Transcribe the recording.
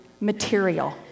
material